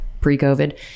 pre-covid